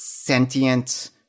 sentient